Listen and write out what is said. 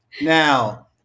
now